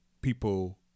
people